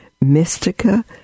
Mystica